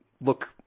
look